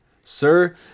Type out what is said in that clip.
Sir